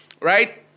right